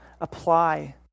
apply